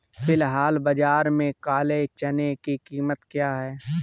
फ़िलहाल बाज़ार में काले चने की कीमत क्या है?